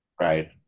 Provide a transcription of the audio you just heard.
Right